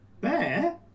Bear